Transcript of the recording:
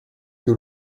que